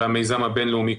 והמיזם הבין-לאומי,